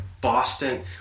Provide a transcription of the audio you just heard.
Boston –